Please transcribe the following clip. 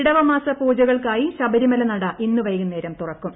ഇടവ മാസ പൂജകൾക്കായി ശബരിമല നട ഇന്ന് വൈകുന്നേരം തുറക്കും